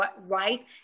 right